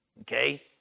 Okay